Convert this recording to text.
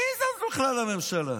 מי זאת בכלל הממשלה?